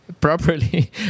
properly